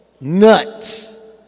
nuts